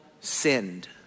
sinned